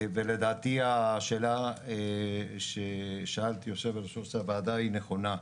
ולדעתי השאלה ששאלת יו"ר הוועדה היא נכונה.